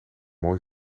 mooi